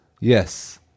Yes